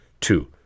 Two